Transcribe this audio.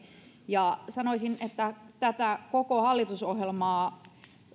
ja sanoisin että tätä koko hallitusohjelmaa